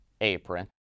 apron